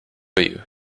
you